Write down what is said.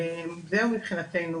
זה מבחינתנו,